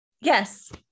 Yes